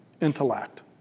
intellect